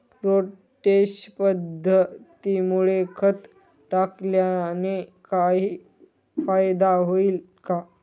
Rotation पद्धतीमुळे खत टाकल्याने काही फायदा होईल का?